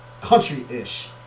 country-ish